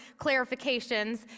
clarifications